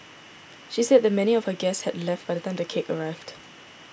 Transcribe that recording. she said that many of her guests had left by the time the cake arrived